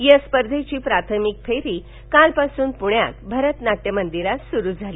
या स्पर्धेची प्राथमिक फेरी कालपासून पुण्यात भरत नाट्य मंदिरात सुरु झाली